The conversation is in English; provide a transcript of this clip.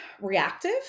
reactive